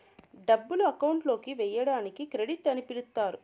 డబ్బులు అకౌంట్ లోకి వేయడాన్ని క్రెడిట్ అని పిలుత్తారు